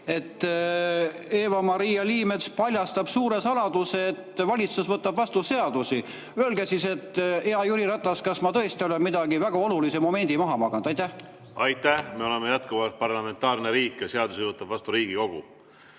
et Eva-Maria Liimets paljastab suure saladuse: valitsus võtab vastu seadusi. Öelge siis, hea Jüri Ratas, kas ma tõesti olen mingi väga olulise momendi maha maganud? Aitäh! Me oleme jätkuvalt parlamentaarne riik ja seadusi võtab vastu Riigikogu.